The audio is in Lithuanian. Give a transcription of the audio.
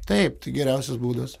taip tai geriausias būdas